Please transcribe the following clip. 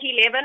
2011